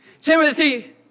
Timothy